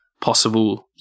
possible